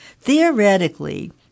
Theoretically